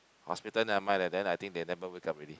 hospital never mind leh then I think they never wake up already